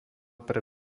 pre